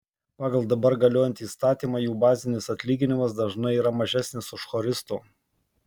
pagal dabar galiojantį įstatymą jų bazinis atlyginimas dažnai yra mažesnis už choristo